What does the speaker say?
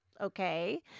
okay